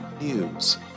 News